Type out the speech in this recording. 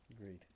Agreed